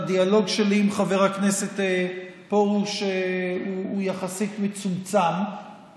הדיאלוג שלי עם חבר הכנסת פרוש הוא יחסית מצומצם,